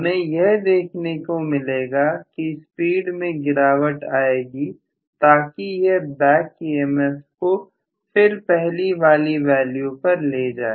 हमें यह देखने को मिलेगा की स्पीड में गिरावट आएगी ताकि यह बैक EMF को फिर पहली वाली वैल्यू पर ले जाए